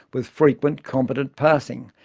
with frequent competent passing.